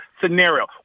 scenario